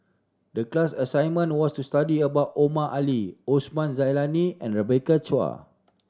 the class assignment was to study about Omar Ali Osman Zailani and Rebecca Chua